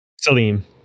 Salim